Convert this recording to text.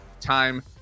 time